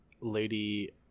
Lady